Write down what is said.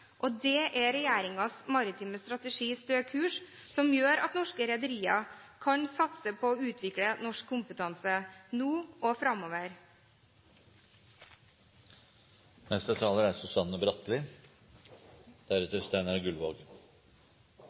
Det er regjeringens maritime strategi Stø kurs som gjør at norske rederier kan satse på å utvikle norsk kompetanse nå og framover.